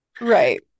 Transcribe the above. right